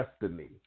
destiny